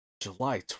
July